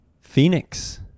Phoenix